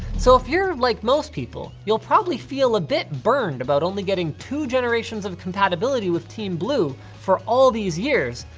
so if you're like most people, you'll probably feel a bit burned about only getting two generations of compatibility with team blue for all these years,